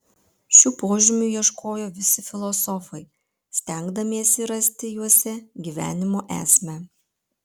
šių požymių ieškojo visi filosofai stengdamiesi rasti juose gyvenimo esmę